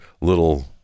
little